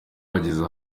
wageze